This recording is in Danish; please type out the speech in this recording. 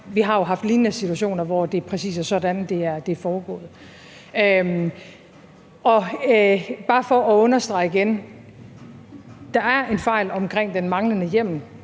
Vi har jo haft lignende situationer, hvor det præcis er sådan, det er foregået. Og bare for at understrege det igen: Der er en fejl omkring den manglende hjemmel